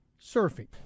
surfing